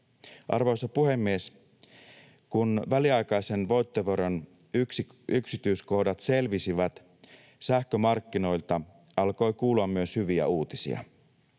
Arvoisa puhemies! Kun väliaikaisen voittoveron yksityiskohdat selvisivät, sähkömarkkinoilta alkoi kuulua myös hyviä uutisia.